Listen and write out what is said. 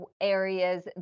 areas